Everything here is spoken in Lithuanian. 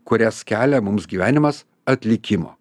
kurias kelia mums gyvenimas atlikimo